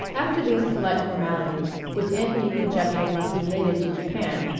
after these polite formalities, which anthony conjectured must be native to japan,